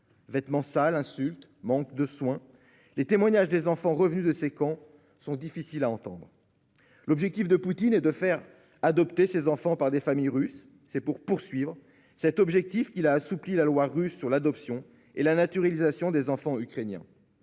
vêtements sales, insultes, manque de soins ... Les témoignages des enfants revenus de ces camps sont difficiles à entendre. L'objectif de Pouline est de faire adopter ces enfants par des familles russes. C'est à cette fin qu'il a assoupli la loi russe sur l'adoption et la naturalisation des enfants ukrainiens.